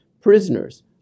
prisoners